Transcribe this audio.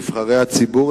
נבחרי הציבור,